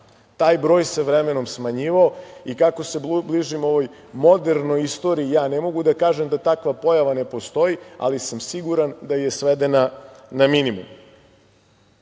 Taj broj se vremenom smanjivao i kako se bližimo ovoj modernoj istoriji ja ne mogu da kažem da takva pojava ne postoji, ali sam siguran da je svedena na minimum. Isto